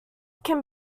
can